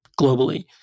globally